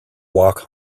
walk